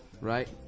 right